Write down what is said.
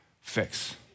fix